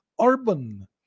urban